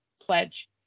Pledge